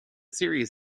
series